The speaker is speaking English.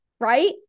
right